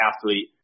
athlete